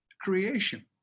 creation